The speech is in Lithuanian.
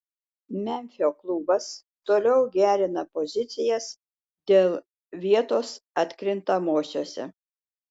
memfio klubas toliau gerina pozicijas dėl vietos atkrintamosiose